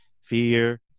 fear